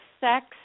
sex